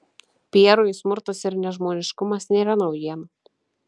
pierui smurtas ir nežmoniškumas nėra naujiena